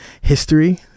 history